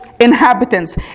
inhabitants